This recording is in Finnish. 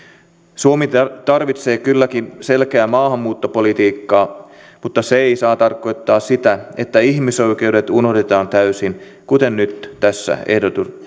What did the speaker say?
suomi tarvitsee kylläkin selkeää maahanmuuttopolitiikkaa mutta se ei saa tarkoittaa sitä että ihmisoikeudet unohdetaan täysin kuten nyt tässä